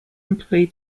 employ